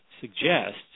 suggests